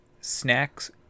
snacks